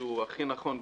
שהוא הכי נכון,